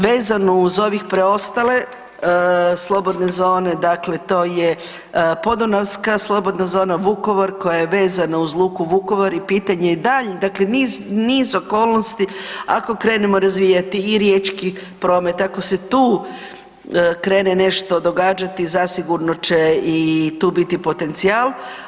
Vezano uz ove preostale slobodne zone, dakle to je podunavska slobodna zona Vukovar koja je vezana uz luku Vukovar i pitanje je dalje, dakle niz okolnosti ako krenemo razvijati i riječki promet, ako se tu krene nešto događati zasigurno će i tu biti potencijal.